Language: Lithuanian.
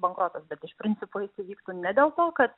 bankrotas bet iš principo jis įvyktų ne dėl to kad